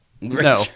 No